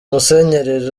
musenyeri